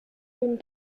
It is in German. den